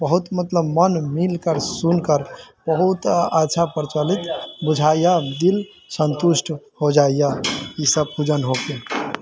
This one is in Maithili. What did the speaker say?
बहुत मतलब मन मिलके सुनकर बहुत अच्छा प्रचलित बुझाइया दिल संतुष्ट हो जाइया ईसब पूजन होइके